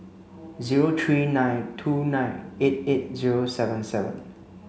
zero three nine two nine eight eight zero seven seven